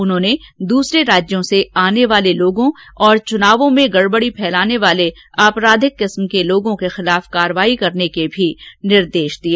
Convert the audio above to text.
उन्होंने दूसरे राज्यों से आने वाले लोगों और चुनावों में गड़बड़ी फैलाने वाले आपराधिक किस्म के लोगों के खिलाफ कार्रवाई करने के भी निर्देश दिए